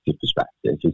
perspective